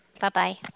Bye-bye